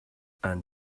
and